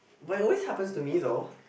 but it always happens to me though